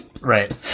right